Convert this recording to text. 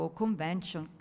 convention